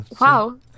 Wow